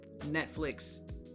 Netflix-